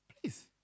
please